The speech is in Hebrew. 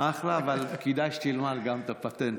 אחלה, אבל כדאי שתלמד גם את הפטנט הזה.